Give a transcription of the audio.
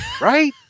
right